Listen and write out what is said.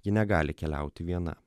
ji negali keliauti viena